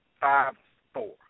Five-four